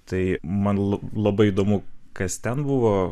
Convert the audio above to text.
tai man la labai įdomu kas ten buvo